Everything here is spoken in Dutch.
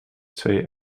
twee